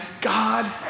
God